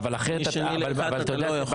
משני לאחד אתה לא יכול.